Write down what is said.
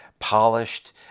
polished